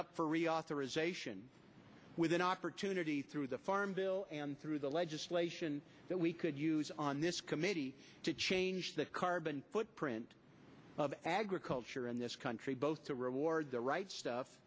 up for reauthorization with an opportunity through the farm bill through the legislation that we could use on this committee to change the carbon footprint of agriculture in this country both to reward the right stuff